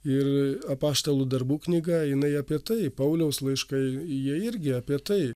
ir apaštalų darbų knyga jinai apie tai pauliaus laiškai jie irgi apie tai